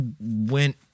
went